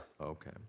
Okay